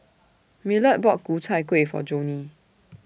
Millard bought Ku Chai Kuih For Joni